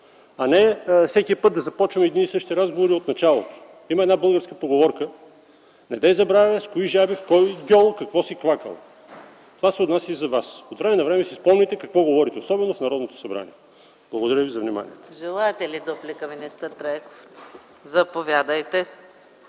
а не всеки път да започваме едни и същи разговори от началото. Има една българска поговорка: „Недей забравя с кои жаби в кой гьол какво си квакал!”. Това се отнася и за Вас. От време на време си спомняйте какво говорите, особено в Народното събрание! Благодаря ви за вниманието. ПРЕДСЕДАТЕЛ ЕКАТЕРИНА МИХАЙЛОВА: Желаете ли дуплика, министър Трайков? Заповядайте!